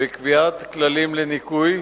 וקביעת כללים לניכוי,